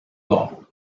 law